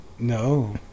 No